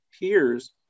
peers